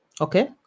okay